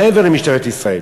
מעבר למשטרת ישראל.